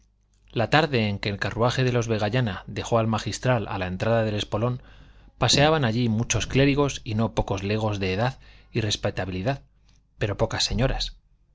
la tarde en que el carruaje de los vegallana dejó al magistral a la entrada del espolón paseaban allí muchos clérigos y no pocos legos de edad y respetabilidad pero pocas señoras